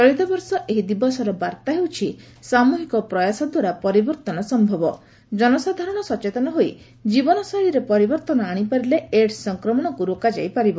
ଚଳିତବର୍ଷ ଏହି ଦିବସର ବାର୍ଭା ହେଉଛି 'ସାମୃହିକ ପ୍ରୟାସ ଦ୍ୱାରା ପରିବର୍ଭନ ସ ଜନସାଧାରଣ ସଚେତନ ହୋଇ ଜୀବନଶୈଳୀରେ ପରିବର୍ଉନ ଆଶିପାରିଲେ ଏଡ୍ସ ସଂକ୍ରମଣକୁ ରୋକାଯାଇ ପାରିବ